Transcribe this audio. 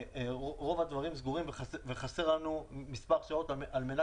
רוב הדברים סגורים וחסרות לנו מספר שעות על מנת